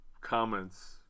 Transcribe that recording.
comments